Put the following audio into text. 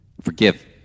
Forgive